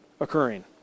occurring